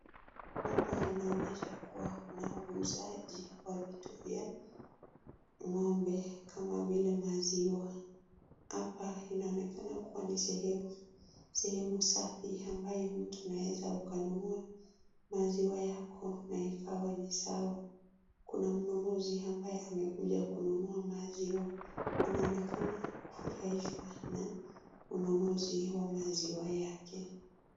Hapa inaonyesha kuwa kuna uuzaji wa vitu vya ng'ombe kama vile maziwa. Hapa inaonekana kuwa ni sehemu safi ambayo mtu unaweza ukanunua maziwa yako na ikawa ni sawa. Kuna mnunuzi ambaye amekuja kununua maziwa anaonekana kufurahishwa na ununuzi wa maziwa yake.